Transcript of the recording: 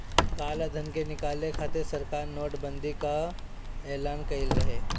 कालाधन के निकाले खातिर सरकार नोट बंदी कअ एलान कईले रहे